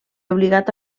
obligat